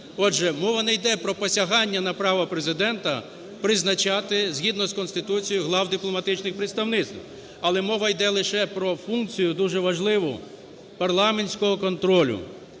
Отже, мова не йде про посягання на право Президента призначати згідно з Конституцією глав дипломатичних представництв, але мова йде лише про функцію дуже важливу парламентського контролю.